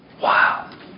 Wow